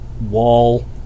wall